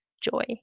joy